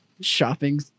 shopping